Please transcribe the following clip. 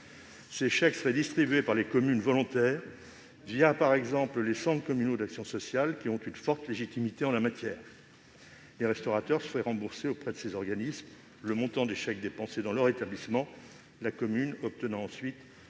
Ces chèques seraient distribués par les communes volontaires, par exemple, les centres communaux d'action sociale, qui ont une forte légitimité en la matière. Les restaurateurs se feraient rembourser auprès de ces organismes le montant des chèques dépensés dans leur établissement, la commune obtenant ensuite